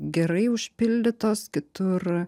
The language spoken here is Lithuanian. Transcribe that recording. gerai užpildytos kitur